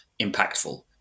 impactful